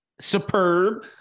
superb